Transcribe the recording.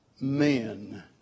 men